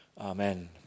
Amen